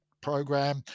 program